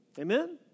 Amen